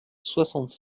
soixante